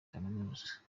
kaminuza